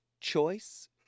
choice